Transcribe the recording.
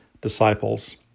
disciples